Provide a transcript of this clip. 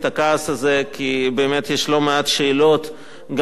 כי באמת יש לא מעט שאלות גם על עצם העלות